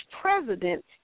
president